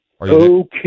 Okay